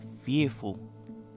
fearful